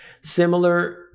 Similar